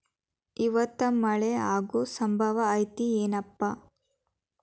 ಇವತ್ತ ಮಳೆ ಆಗು ಸಂಭವ ಐತಿ ಏನಪಾ?